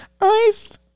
Ice